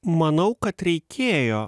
manau kad reikėjo